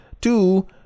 Two